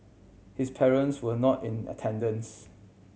his parents were not in attendance